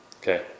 Okay